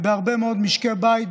בהרבה מאוד משקי בית,